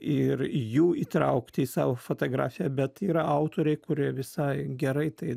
ir jų įtraukti į savo fotografiją bet yra autoriai kurie visai gerai tai